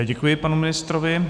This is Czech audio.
Děkuji panu ministrovi.